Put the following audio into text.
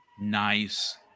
nice